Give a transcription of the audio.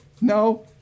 No